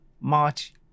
March